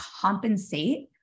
compensate